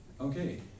Okay